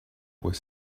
were